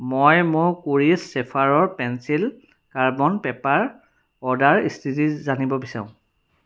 মই মোৰ Kores sapphire pencil carbon paper order স্থিতি জানিব বিচাৰোঁ